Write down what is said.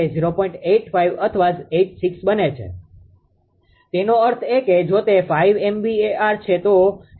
85 અથવા 86 બને છે તેનો અર્થ એ કે જો તે 5 MVAr છે તો 0